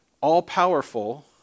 all-powerful